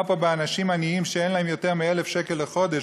פה באנשים עניים שאין להם יותר מ-1,000 שקל לחודש,